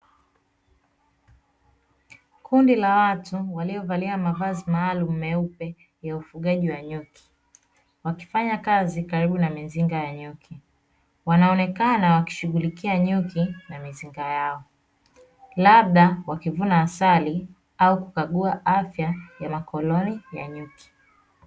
Kundi la watu waliovalia mavazi maalumu meupe ya ufugaji wa nyuki, wakifanya kazi karibu na mizinga ya nyuki, wanaonekana wakishughulikia nyuki na mizinga yao, labda wakivuna asali au kukagua afya ya makoloni ya nyuki.